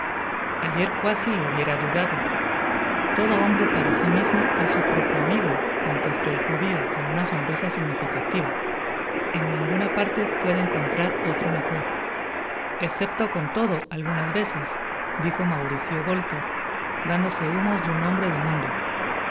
ayer cuasi lo hubiera dudado todo hombre para si mismo es su propio amigo contestó el judio con una sonrisa significativa en ninguna parte puede encontrar otro mejor escepto con todo algunas vecesdijo mauricio bolter dándose humos de un hombre de mundo